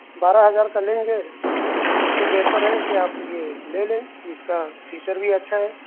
بارہ ہزار کا لیں گے تو اس سے بہتر ہے کہ آپ یہ لے لیں اس کا فیچر بھی اچھا ہے